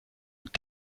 und